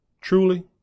Truly